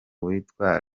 witwa